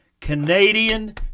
Canadian